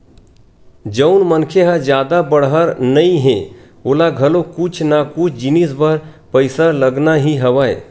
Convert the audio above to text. जउन मनखे ह जादा बड़हर नइ हे ओला घलो कुछु ना कुछु जिनिस बर पइसा लगना ही हवय